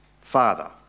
Father